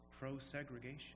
pro-segregation